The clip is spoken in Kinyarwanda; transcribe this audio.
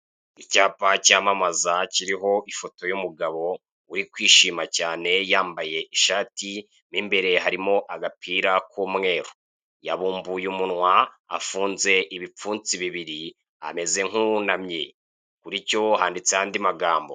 Icyapa cyamamaza kiriho ifoto y'umugabo, urikwishima cyane yambaye ishati mo imbere harimo agapira k'umweru, yabumbuye umunwa, afunze ibipfunsi bibiri, ameze nk'uwunamye, kuricyo handiho andi magambo.